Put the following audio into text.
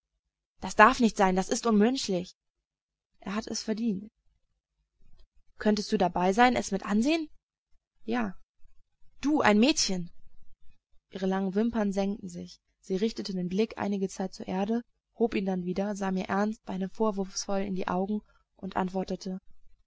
das darf nicht sein das ist unmenschlich er hat es verdient könntest du dabei sein es mit ansehen ja du ein mädchen ihre langen wimpern senkten sich sie richtete den blick einige zeit zur erde hob ihn dann wieder sah mir ernst beinahe vorwurfsvoll in die augen und antwortete